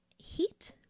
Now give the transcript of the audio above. Heat